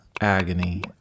agony